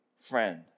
friend